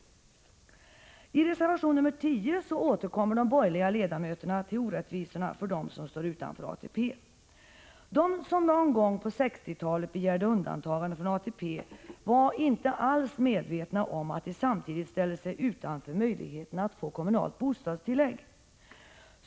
I reservation nr 10 återkommer de borgerliga ledamöterna till orättvisorna för dem som står utanför ATP. De som någon gång på 1960-talet begärde undantagande från ATP var inte alls medvetna om att de samtidigt ställde sig utanför möjligheten att få kommunalt bostadstillägg.